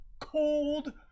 cold